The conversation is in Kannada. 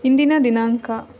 ಇಂದಿನ ದಿನಾಂಕ